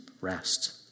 rest